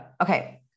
Okay